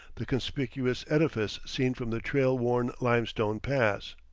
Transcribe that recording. the conspicuous edifice seen from the trail-worn limestone pass.